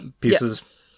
pieces